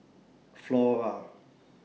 Flora